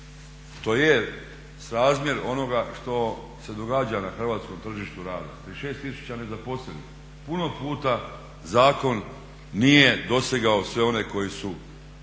To je srazmjer onoga što se događa na hrvatskom tržištu rada, 36 tisuća nezaposlenih. Puno puta zakon nije dosegao sve one koji su